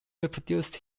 reproduced